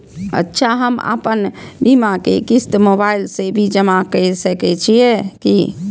अच्छा हम आपन बीमा के क़िस्त मोबाइल से भी जमा के सकै छीयै की?